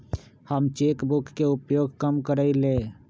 हम cheque book के उपयोग कम करइले